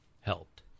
helped